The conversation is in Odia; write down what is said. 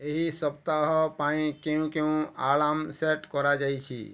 ଏହି ସପ୍ତାହ ପାଇଁ କେଉଁ କେଉଁ ଆଲାର୍ମ ସେଟ୍ କରାଯାଇଛି